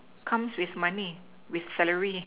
comes with money with salary